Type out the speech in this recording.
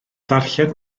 ddarllen